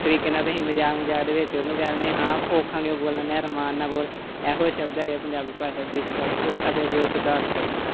ਤੁਸੀਂ ਕਹਿਣਾ ਤੁਸੀਂ ਮਜ਼ਾਕ ਮਜ਼ਾਕ ਦੇ ਵਿੱਚ ਉਹਨੂੰ ਕਹਿ ਦਿੰਦੇ ਹਾਂ ਔਖਾ ਕਿਉਂ ਬੋਲਣ ਡਿਆ ਅਰਮਾਨ ਨਾਲ ਬੋਲ ਇਹੋ ਸ਼ਬਦ ਹੈਗੇ ਪੰਜਾਬੀ ਭਾਸ਼ਾ ਦੀ ਸ਼ਬਦ ਅਤੇ ਜੋ ਸਧਾਰਨ ਸ਼ਬਦ ਹਨ